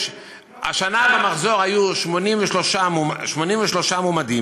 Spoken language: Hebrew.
השנה במחזור היו 83 מועמדים.